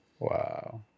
Wow